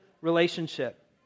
relationship